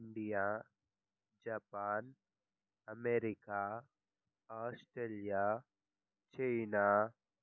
India Japan America Australia China